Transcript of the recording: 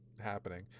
happening